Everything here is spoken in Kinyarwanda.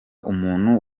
umuntu